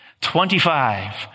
Twenty-five